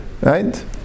Right